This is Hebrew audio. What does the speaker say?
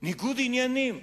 ניגוד עניינים,